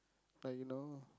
like you know